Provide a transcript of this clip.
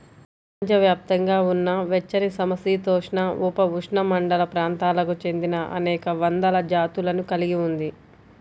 ప్రపంచవ్యాప్తంగా ఉన్న వెచ్చనిసమశీతోష్ణ, ఉపఉష్ణమండల ప్రాంతాలకు చెందినఅనేక వందల జాతులను కలిగి ఉంది